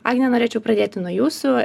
agne norėčiau pradėti nuo jūsų